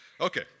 okay